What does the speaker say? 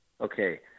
okay